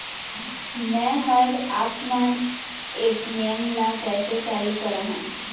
मैं हर आपमन ए.टी.एम ला कैसे चालू कराहां?